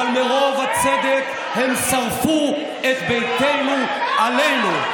אבל הם שרפו את ביתנו עלינו.